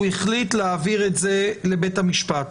הוא החליט להעביר את זה לבית המשפט,